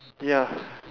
ya